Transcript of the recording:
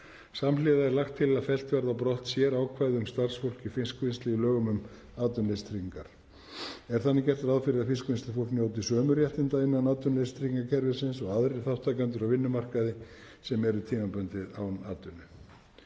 Samhliða er lagt til að fellt verði brott sérákvæði um starfsfólk í fiskvinnslu í lögum um atvinnuleysistryggingar. Er þannig gert ráð fyrir því að fiskvinnslufólk njóti sömu réttinda innan atvinnuleysistryggingakerfisins og aðrir þátttakendur á vinnumarkaði sem eru tímabundið án atvinnu.